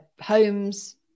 homes